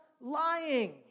lying